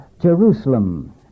jerusalem